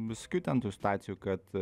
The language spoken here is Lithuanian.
visokių ten tų situacijų kad